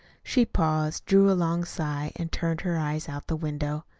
she paused, drew a long sigh, and turned her eyes out the window.